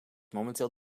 momenteel